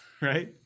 Right